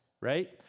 right